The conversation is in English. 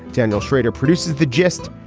daniel schrader produces the gist.